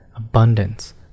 abundance